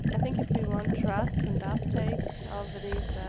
and i think if we want trust and up take of these